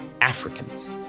Africans